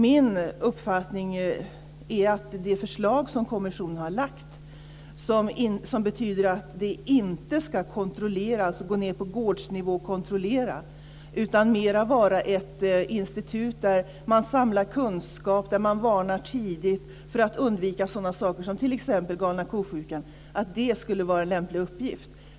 Min uppfattning är att det förslag som kommissionen har lagt fram betyder att myndigheten inte ska gå in på gårdsnivå och kontrollera. Det ska mer vara ett institut där man samlar kunskap och varnar tidigt för att undvika sådana saker som t.ex. galna kosjukan. Det skulle vara en lämplig uppgift.